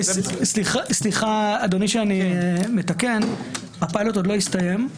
סליחה אדוני שאני מתקן אדוני הפילוט לא הסתיים.